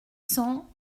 cents